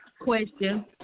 Question